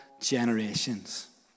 generations